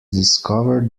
discovered